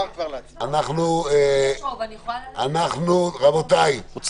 ואנחנו יכולים לאותת גם בזה שאנחנו -- אי אפשר